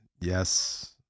yes